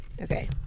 Okay